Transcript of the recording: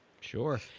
sure